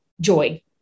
joy